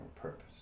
purpose